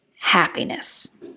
happiness